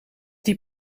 die